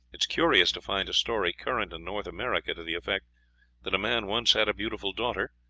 it is curious to find a story current in north america to the effect that a man once had a beautiful daughter,